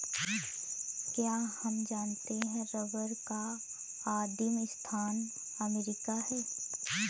क्या आप जानते है रबर का आदिमस्थान अमरीका है?